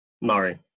Murray